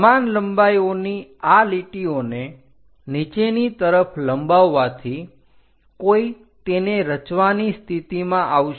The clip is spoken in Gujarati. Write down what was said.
સમાન લંબાઈઓની આ લીટીઓને નીચેની તરફ લંબાવવાથી કોઈ તેને રચવાની સ્થિતિમાં આવશે